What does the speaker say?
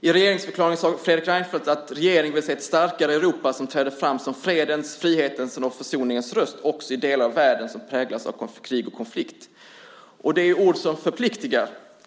I regeringsförklaringen sade Fredrik Reinfeldt att regeringen vill se ett starkare Europa som träder fram som fredens, frihetens och försoningens röst också i de delar av världen som präglas av krig och konflikter. Det är ord som förpliktar.